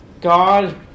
God